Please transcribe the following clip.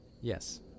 Yes